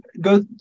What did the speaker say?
go